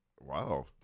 wow